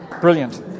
Brilliant